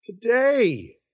today